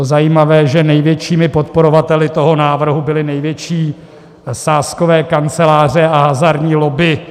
Bylo zajímavé, že největšími podporovateli toho návrhu byly největší sázkové kanceláře a hazardní lobby.